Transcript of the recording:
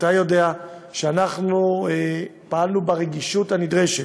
אתה יודע, אנחנו פעלנו ברגישות הנדרשת: